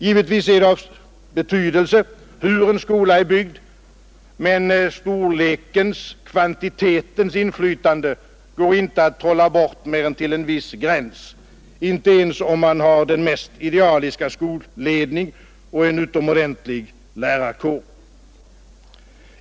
Givetvis är det av betydelse hur en skola är byggd, men storlekens, kvantitetens, inflytande går inte att trolla bort mer än till en viss gräns, inte ens om man har den mest idealiska skolledning och en utomordentlig lärarkår.